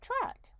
track